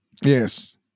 Yes